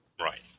Right